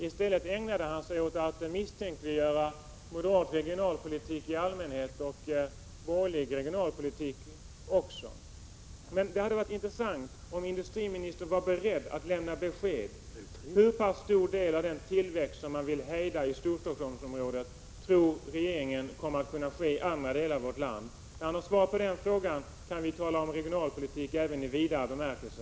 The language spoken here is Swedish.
I stället ägnade han sig åt att misstänkliggöra moderat regionalpolitik i allmänhet och borgerlig regionalpolitik i synnerhet. Det vore intressant att få besked från industriministern om hur pass stor del av den hejdade tillväxten i Storstockholmsområdet som kommer att kunna ske i andra delar av vårt land. När industriministern har något svar på den frågan kan vi tala om regionalpolitik även i vidare bemärkelse.